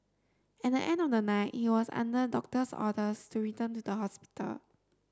at the end of the night he was under doctor's orders to return to the hospital